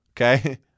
Okay